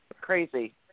crazy